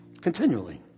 Continually